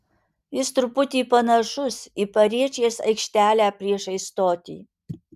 jis truputį panašus į pariečės aikštelę priešais stotį